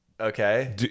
Okay